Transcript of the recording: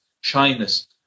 shyness